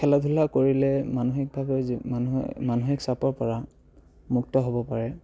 খেলা ধূলা কৰিলে মানসিকভাৱে মানুহে মানসিক চাপৰ পৰা মুক্ত হ'ব পাৰে